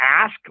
ask